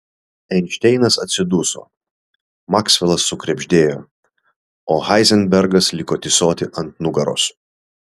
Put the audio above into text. einšteinas atsiduso maksvelas sukrebždėjo o heizenbergas liko tysoti ant nugaros